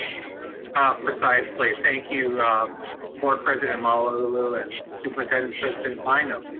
precisely, thank you board president malauulu, and superintendent-president bynum.